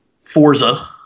Forza